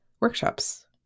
workshops